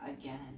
again